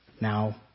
Now